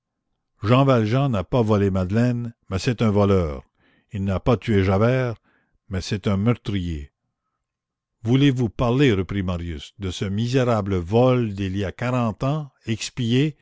jean valjean n'a pas volé madeleine mais c'est un voleur il n'a pas tué javert mais c'est un meurtrier voulez-vous parler reprit marius de ce misérable vol d'il y a quarante ans